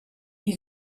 you